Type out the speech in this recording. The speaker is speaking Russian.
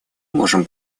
можем